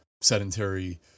sedentary